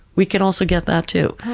we can also get that too.